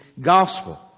gospel